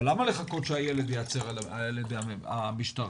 אבל למה לחכות שהילד ייעצר על ידי המשטרה?